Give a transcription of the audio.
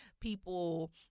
people